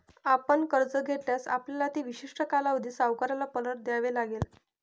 आपण कर्ज घेतल्यास, आपल्याला ते विशिष्ट कालावधीत सावकाराला परत द्यावे लागेल